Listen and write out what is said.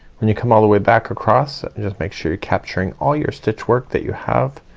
when you come all the way back across just make sure you're capturing all your stitch work that you have